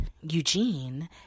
Eugene